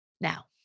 Now